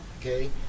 Okay